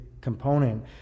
component